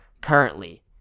currently